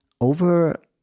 Over